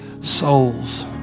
souls